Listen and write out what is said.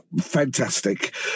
fantastic